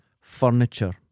Furniture